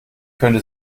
könnte